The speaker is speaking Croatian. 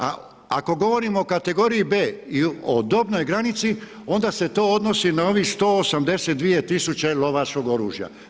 A ako govorimo o kategoriji B i o dobnoj granici, onda se to odnosi na ovih 182 tisuće lovačkog oružja.